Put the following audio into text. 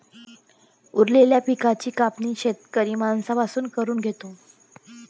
उरलेल्या पिकाची कापणी शेतकरी माणसां पासून करून घेतो